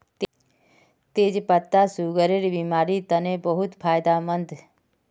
तेच पत्ता सुगरेर बिमारिर तने बहुत फायदामंद